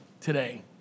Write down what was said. today